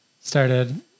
started